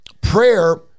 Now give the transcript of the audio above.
prayer